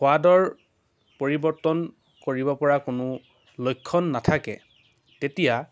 সোৱাদৰ পৰিৱৰ্তন কৰিব পৰা কোনো লক্ষণ নাথাকে তেতিয়া